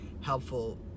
helpful